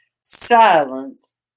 Silence